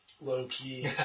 low-key